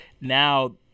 now